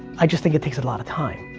i just think it takes a lot of time.